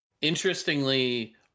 Interestingly